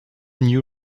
new